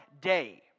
day